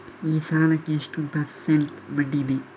ಈ ಸಾಲಕ್ಕೆ ಎಷ್ಟು ಪರ್ಸೆಂಟ್ ಬಡ್ಡಿ ಇದೆ?